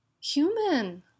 human